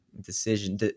decision